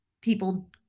people